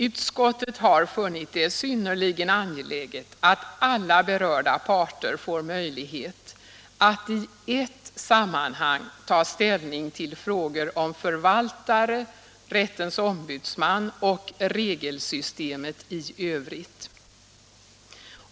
Utskottet har funnit det synnerligen angeläget att alla berörda parter får möjlighet att i ett sammanhang ta ställning till frågor om förvaltare, rättens ombudsman och regelsystemet i övrigt.